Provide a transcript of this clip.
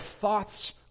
thoughts